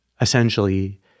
essentially